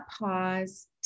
pause